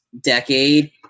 decade